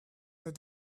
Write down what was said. that